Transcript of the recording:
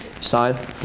side